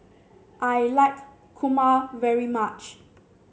I like kurma very much